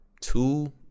two